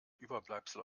überbleibsel